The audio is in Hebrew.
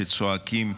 שצועקים: